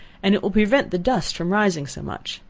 and it will prevent the dust from rising so much.